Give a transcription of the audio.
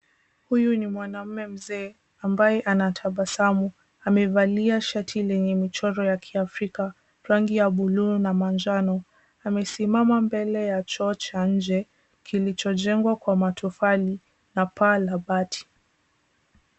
Huyu ni mwanamume mzee ambaye anatabasamu. Amevalia shati lenye michoro ya kiafrika rangi ya buluu na manjano. Amesimama mbele ya choo cha nje kilichojengwa kwa matofali na paa la bati.